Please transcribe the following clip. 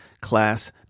class